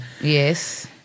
Yes